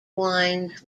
wines